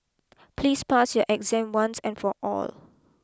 please pass your exam once and for all